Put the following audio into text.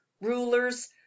rulers